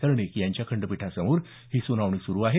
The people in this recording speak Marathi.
कर्णिक यांच्या खंडपीठासमोर ही सुनावणी सुरू आहे